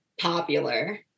popular